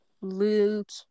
luke